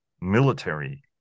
military